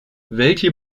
welche